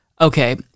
okay